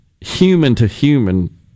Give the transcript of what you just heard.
human-to-human